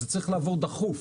זה צריך לעבור דחוף